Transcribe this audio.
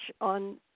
on